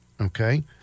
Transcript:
Okay